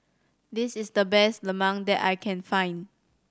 this is the best lemang that I can find